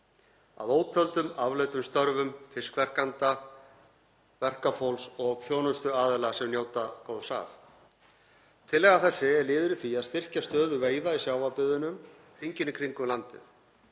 að ótöldum afleiddum störfum fiskverkanda verkafólks og þjónustuaðila sem njóta góðs af. Tillaga þessi er liður í því að styrkja stöðu veiða í sjávarbyggðunum hringinn í kringum landið.